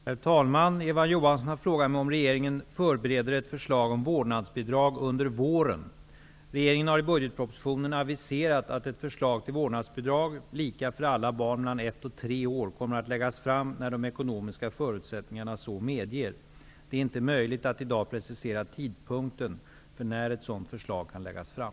Herr talman! Eva Johansson har frågat mig om regeringen förbereder ett förslag om vårdnadsbidrag under våren. Regeringen har i budgetpropositionen aviserat att ett förslag till vårdnadsbidrag -- lika för alla barn mellan ett och tre år -- kommer att läggas fram när de ekonomiska förutsättningarna så medger. Det är inte möjligt att i dag precisera tidpunkten för när ett sådant förslag kan läggas fram.